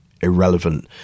irrelevant